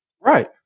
Right